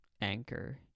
anchor